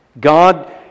God